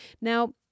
Now